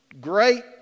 great